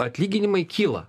atlyginimai kyla